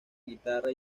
guitarra